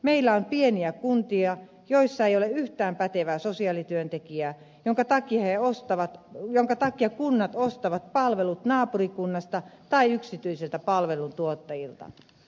meillä on pieniä kuntia joissa ei ole yhtään pätevää sosiaalityöntekijää jota kaikki he ostavat puu minkä takia kunnat ostavat palvelut naapurikunnasta tai yksityisiltä palveluntuottajilta